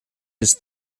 his